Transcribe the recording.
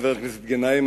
חבר הכנסת גנאים,